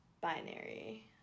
binary